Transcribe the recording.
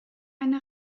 eine